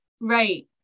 right